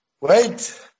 Wait